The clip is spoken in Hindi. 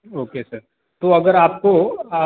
ओके सर तो अगर आपको आप